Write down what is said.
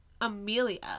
Amelia